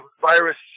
virus